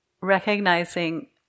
recognizing